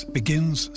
begins